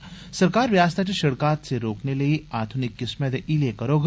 सरकार रिआसता च सिड़क हादसे रोकने लेई आधुनिक किस्मै दे हीले करोग